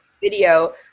video